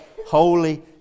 holy